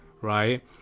right